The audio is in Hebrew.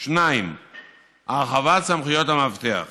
2. הרחבת סמכויות המאבטח,